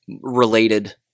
related